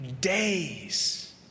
days